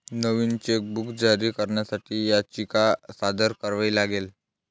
नवीन chequebook जारी करण्यासाठी याचिका सादर करावी लागेल